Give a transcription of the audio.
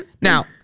Now